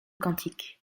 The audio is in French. cantiques